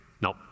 no